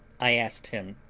i asked him,